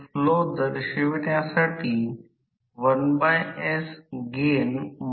तर F2 ने bus bar मधून स्टेटर मध्ये प्रतिक्रिया प्रवाह प्रवाहित केला